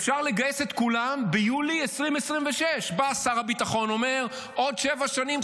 אפשר לגייס את כולם ביולי 2026. בא שר הביטחון אומר: עוד שבע שנים,